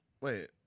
Wait